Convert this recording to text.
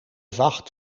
vacht